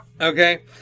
okay